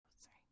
Sorry